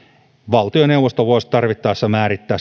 valtioneuvosto voisi tarvittaessa määrittää